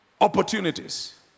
Opportunities